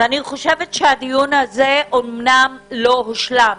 הדיון הזה אמנם לא הושלם,